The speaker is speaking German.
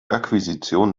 akquisition